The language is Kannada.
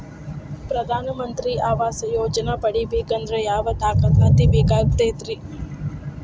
ಪ್ರಧಾನ ಮಂತ್ರಿ ಆವಾಸ್ ಯೋಜನೆ ಪಡಿಬೇಕಂದ್ರ ಯಾವ ದಾಖಲಾತಿ ಬೇಕಾಗತೈತ್ರಿ?